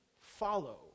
follow